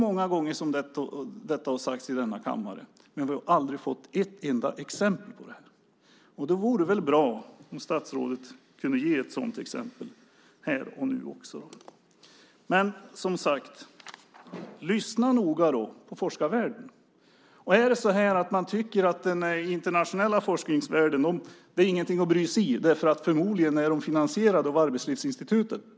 Många gånger har detta sagts i denna kammare, men vi har aldrig fått ett enda exempel! Då vore det väl bra om statsrådet kunde ge ett sådant exempel här och nu. Som sagt: Lyssna noga på forskarvärlden! Är det så att man tycker att den internationella forskningsvärlden inte är någonting att bry sig om därför att man på något vis förmodligen är finansierade av Arbetslivsinstitutet?